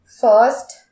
First